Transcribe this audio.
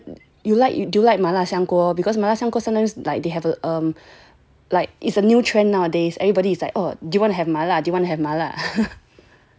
麻辣香锅 because 麻辣香锅 like they have a um like is a new trend nowadays everybody is like orh do you want to have 麻辣 do you want to have 麻辣